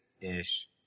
ish